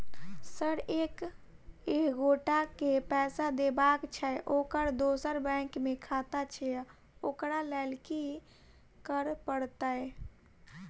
Sir एक एगोटा केँ पैसा देबाक छैय ओकर दोसर बैंक मे खाता छैय ओकरा लैल की करपरतैय?